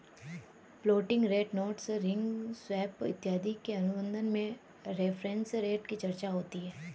floating rate notes ring swap इत्यादि के अनुबंध में रेफरेंस रेट की चर्चा होती है